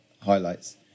highlights